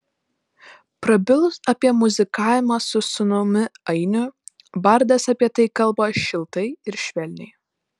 prabilus apie muzikavimą su sūnumi ainiu bardas apie tai kalba šiltai ir švelniai